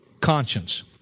Conscience